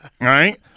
right